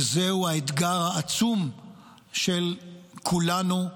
וזהו אתגר עצום של כולנו.